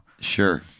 Sure